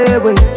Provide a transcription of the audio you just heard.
away